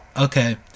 Okay